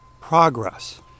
progress